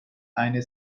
eine